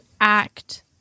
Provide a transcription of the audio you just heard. act